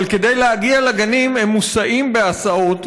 אבל כדי להגיע לגנים הם מוסעים בהסעות,